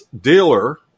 dealer